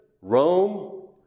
Rome